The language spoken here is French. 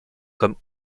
comme